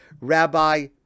Rabbi